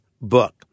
book